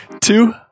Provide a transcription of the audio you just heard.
two